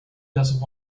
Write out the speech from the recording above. doesn’t